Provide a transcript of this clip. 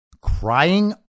crying